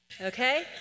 Okay